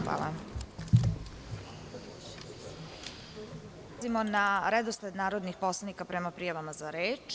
Hvala. [[Posle pauze]] Prelazimo na redosled narodnih poslanika prema prijavama za reč.